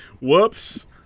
Whoops